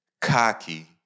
cocky